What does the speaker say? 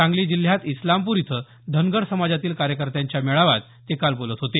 सांगली जिल्ह्यात इस्लामपूर इथं धनगर समाजातील कार्यकर्त्यांच्या मेळाव्यात ते काल बोलत होते